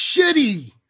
shitty